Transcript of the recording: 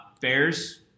Bears